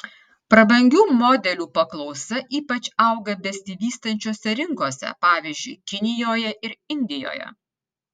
prabangių modelių paklausa ypač auga besivystančiose rinkose pavyzdžiui kinijoje ir indijoje